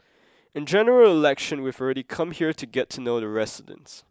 in General Election we've already come here to get to know the residents